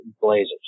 blazers